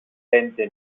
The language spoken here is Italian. sente